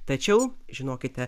tačiau žinokite